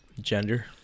gender